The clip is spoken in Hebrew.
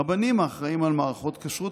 רבנים האחראים על מערכות כשרות,